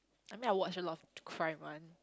I mean I watch a lot of crime one